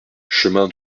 chemin